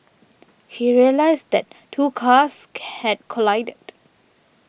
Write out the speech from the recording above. he realised that two cars had collided